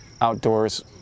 outdoors